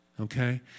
Okay